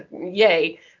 yay